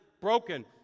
broken